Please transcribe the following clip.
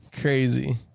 Crazy